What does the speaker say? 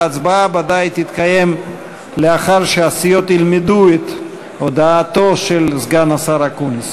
ההצבעה ודאי תתקיים לאחר שהסיעות ילמדו את הודעתו של סגן השר אקוניס.